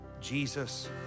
Jesus